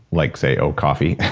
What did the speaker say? like, say, oh coffee,